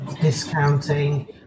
discounting